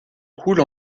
coule